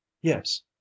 yes